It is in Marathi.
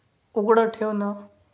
उघडं ठेवणं